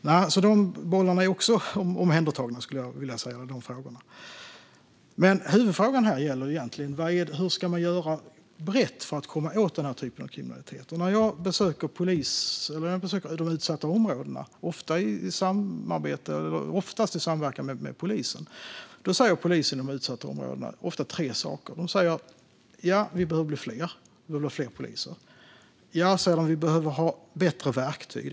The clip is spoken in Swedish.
De frågorna är alltså också omhändertagna, skulle jag vilja säga. Huvudfrågan här är egentligen: Hur ska man göra brett för att komma åt den här typen av kriminalitet? När jag besöker de utsatta områdena, oftast i samverkan med polisen, säger polisen i de utsatta områdena ofta tre saker. De säger: "Ja, vi behöver bli fler." Det behövs fler poliser. Och så säger de: "Vi behöver ha bättre verktyg."